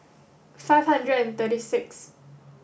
five hundred and thirty six